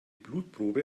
blutprobe